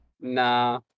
Nah